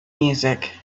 music